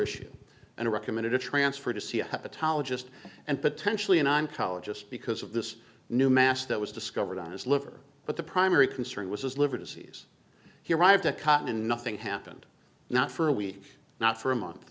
issue and recommended a transfer to see a hepatologist and potentially and i'm college just because of this new mass that was discovered on his liver but the primary concern was his liver disease he arrived at cotton and nothing happened not for a week not for a month